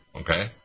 Okay